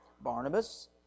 Barnabas